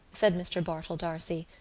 said mr. bartell d'arcy,